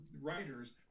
writers